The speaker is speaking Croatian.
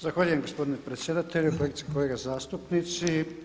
Zahvaljujem gospodine predsjedatelju, kolegice i kolege zastupnici.